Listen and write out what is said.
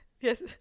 yes